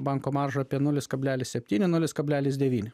banko marža apie nulis kabelis septyni nulis kabelis devyni